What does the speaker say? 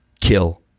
kill